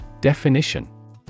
Definition